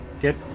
get